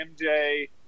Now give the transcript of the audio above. MJ